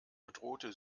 bedrohte